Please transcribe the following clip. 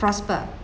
prosper